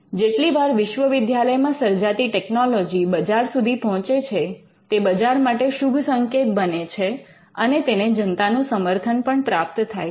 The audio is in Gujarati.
જેટલીવાર વિશ્વવિદ્યાલય માં સર્જાતી ટેકનોલોજી બજાર સુધી પહોંચે છે તે બજાર માટે શુભ સંકેત બને છે અને તેને જનતાનું સમર્થન પણ પ્રાપ્ત થાય છે